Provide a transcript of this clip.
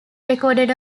recorded